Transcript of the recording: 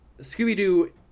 Scooby-Doo